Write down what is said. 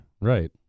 Right